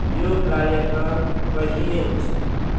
यो कार्यक्रम कहिले हुन्छ